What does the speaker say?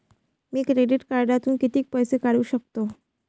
मी credit कार्डातून किती पैसे काढू शकतो?